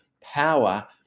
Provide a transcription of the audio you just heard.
power